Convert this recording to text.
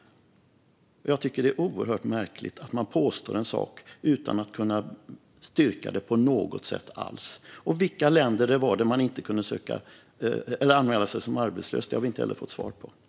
Jag tycker att det är oerhört märkligt att man påstår en sak utan att kunna styrka det på något sätt alls. Och i vilka länder det är som man inte kan anmäla sig som arbetslös har jag inte heller fått svar på.